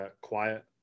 quiet